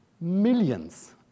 Millions